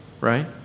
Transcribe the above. right